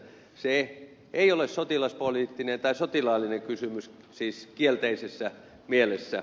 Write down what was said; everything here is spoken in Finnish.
se ei ole sotilaspoliittinen tai sotilaallinen kysymys siis kielteisessä mielessä